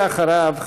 ואחריו,